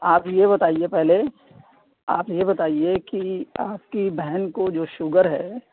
آپ یہ بتائیے پہلے آپ یہ بتائیے کہ آپ کی بہن کو جو شوگر ہے